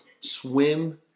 swim